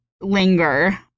linger